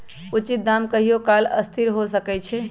उचित दाम कहियों काल असथिर हो सकइ छै